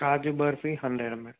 కాజు barfi hundred ఆ ma'am